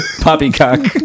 poppycock